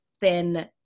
Thin